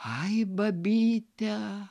aj babyte